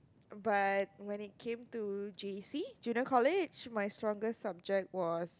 but when it came to J_C Junior College my strongest subject was